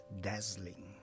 dazzling